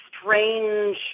strange